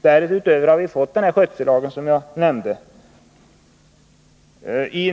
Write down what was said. Därutöver har vi fått den skötsellag jag nämnde.